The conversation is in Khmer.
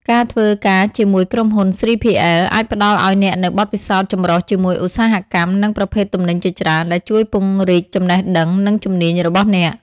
ការធ្វើការជាមួយក្រុមហ៊ុន 3PL អាចផ្តល់ឱ្យអ្នកនូវបទពិសោធន៍ចម្រុះជាមួយឧស្សាហកម្ម និងប្រភេទទំនិញជាច្រើន ដែលជួយពង្រីកចំណេះដឹង និងជំនាញរបស់អ្នក។